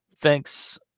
thanks